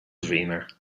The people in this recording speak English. dreamer